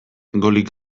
golik